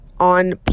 on